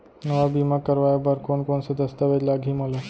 नवा बीमा करवाय बर कोन कोन स दस्तावेज लागही मोला?